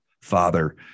father